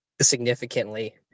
significantly